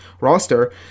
roster